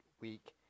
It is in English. week